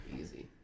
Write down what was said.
Easy